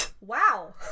Wow